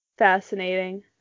Fascinating